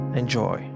enjoy